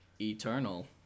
eternal